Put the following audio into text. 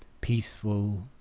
peaceful